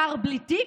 שר בלי תיק,